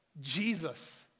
Jesus